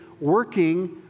working